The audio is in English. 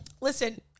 listen